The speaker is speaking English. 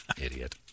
Idiot